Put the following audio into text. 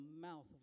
mouth